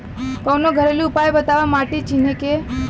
कवनो घरेलू उपाय बताया माटी चिन्हे के?